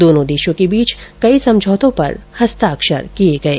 दोनों देशों के बीच कई समझौतों पर हस्ताक्षर किए गये